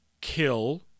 kill